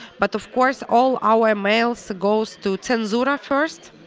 but of course all our mail so goes to to and sort of first.